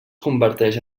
converteix